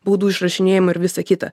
baudų išrašinėjimui ir visa kita